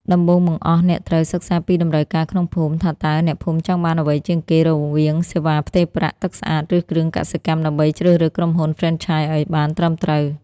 ដំបូងបង្អស់ អ្នកត្រូវ "សិក្សាពីតម្រូវការក្នុងភូមិ" ថាតើអ្នកភូមិចង់បានអ្វីជាងគេ រវាងសេវាផ្ទេរប្រាក់ ទឹកស្អាត ឬគ្រឿងកសិកម្ម ដើម្បីជ្រើសរើសក្រុមហ៊ុនហ្វ្រេនឆាយឱ្យបានត្រឹមត្រូវ។